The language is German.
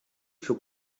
für